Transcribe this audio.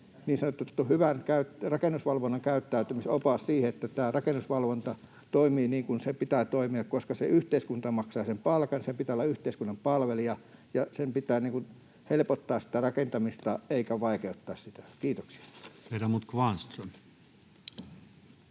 niin sanottu hyvän rakennusvalvonnan käyttäytymisopas siihen, että tämä rakennusvalvonta toimii niin kuin sen pitää toimia, koska se yhteiskunta maksaa sen palkan, sen pitää olla yhteiskunnan palvelija ja sen pitää helpottaa sitä rakentamista eikä vaikeuttaa sitä? — Kiitoksia. [Speech